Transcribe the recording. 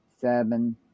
seven